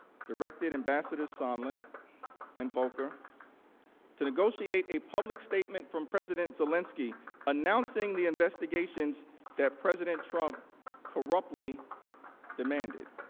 directed ambassador sondland and volker to negotiate a public statement from president zelensky announcing the investigations that president trump corruptly demanded.